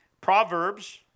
Proverbs